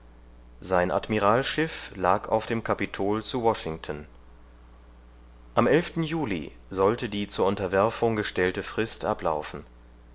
sein admiralsschiff lag auf dem kapitol zu washington am juli sollte die zur unterwerfung gestellte frist ablaufen